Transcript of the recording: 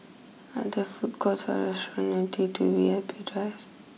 are there food courts or restaurants near T two V I P Drive